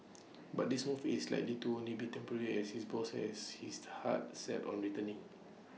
but this move is likely to only be temporary as his boss has his heart set on returning